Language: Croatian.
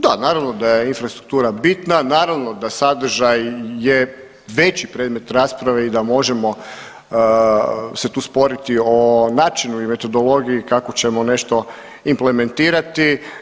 Da, naravno da je infrastruktura bitna, naravno da sadržaj je veći predmet rasprave i da možemo se tu sporiti o načinu i metodologiji kako ćemo nešto implementirati.